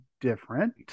different